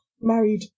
married